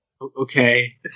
okay